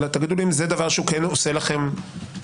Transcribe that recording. תגידו לי אם זה דבר שהוא כן עושה לכם שכל,